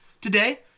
Today